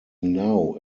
now